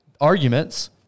arguments